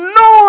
no